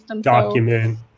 document